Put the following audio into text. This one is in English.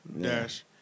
Dash